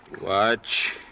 Watch